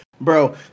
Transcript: Bro